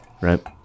Right